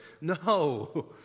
No